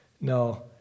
No